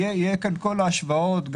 יהיו כאן כל ההשוואות,